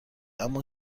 اما